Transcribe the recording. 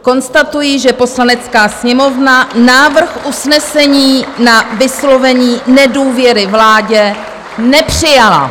Konstatuji, že Poslanecká sněmovna návrh usnesení na vyslovení nedůvěry vládě nepřijala.